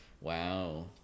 Wow